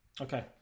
okay